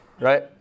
Right